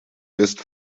ist